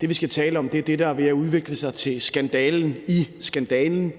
Det, vi skal tale om, er det, der er ved at udvikle sig til skandalen i skandalen,